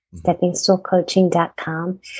steppingstoolcoaching.com